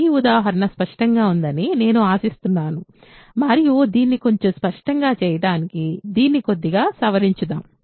ఈ ఉదాహరణ స్పష్టంగా ఉందని నేను ఆశిస్తున్నాను మరియు దీన్ని కొంచెం స్పష్టం చేయడానికి దీన్ని కొద్దిగా సవరించుదాం